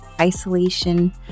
isolation